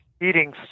eating